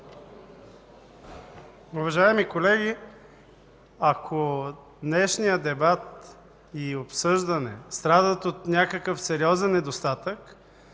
Уважаеми колеги! Ако днешният дебат и обсъждане страдат от някакъв сериозен недостатък,